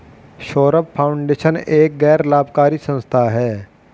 Saurabh foundation एक गैर लाभकारी संस्था है